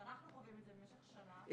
שאנחנו חווים את זה במשך שנה,